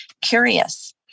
curious